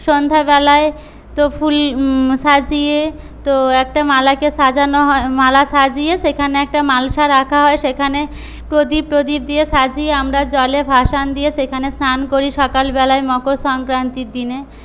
সন্ধ্যাবেলায় তো ফুল সাজিয়ে তো একটা মালাকে সাজানো হয় মালা সাজিয়ে সেখানে একটা মালসা রাখা হয় সেখানে প্রদীপ টদিপ দিয়ে সাজিয়ে আমরা আমরা জলে ভাসান দিয়ে সেখানে স্নান করি সকালবেলায় মকর সংক্রান্তির দিনে